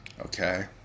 okay